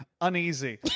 uneasy